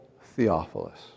Theophilus